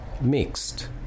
Mixed